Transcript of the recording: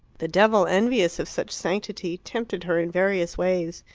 the devil, envious of such sanctity, tempted her in various ways.